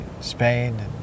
Spain